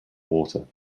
water